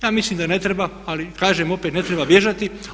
Ja mislim da ne treba, ali kažem opet ne treba bježati.